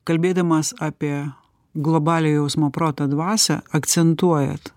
kalbėdamas apie globalią jausmo proto dvasią akcentuojat